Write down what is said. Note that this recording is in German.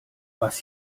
was